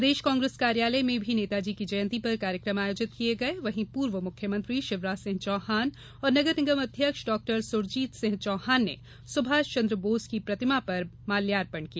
प्रदेश कांग्रेस कार्यालय में भी नेताजी की जयंति पर कार्यक्रम आयोजित किए गए वहीं पूर्व मुख्यमंत्री शिवराज सिंह चौहान और नगर निगम अध्यक्ष डॉ सुरजीत सिंह चौहान ने सुभाषचंद्र बोस की प्रतिमा पर माल्यार्पण किया